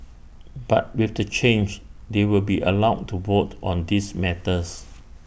but with the change they will be allowed to vote on these matters